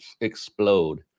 explode